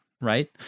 right